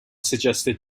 suggested